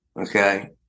okay